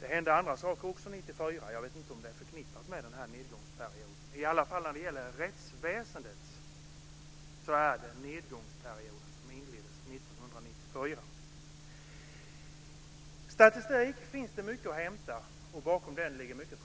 Det hände många saker 1994. Jag vet inte om de är förknippade med nedgången. När det gäller rättsväsendet är det i alla fall en nedgångsperiod som inleds Statistik finns det mycket att hämta, och bakom den ligger mycket